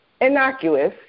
innocuous